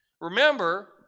Remember